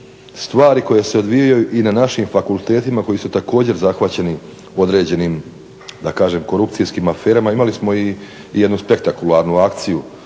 stvari koje se odvijaju i na našim fakultetima koji su također zahvaćeni određenim da kažem korupcijskim aferama. Imali smo i jednu spektakularnu akciju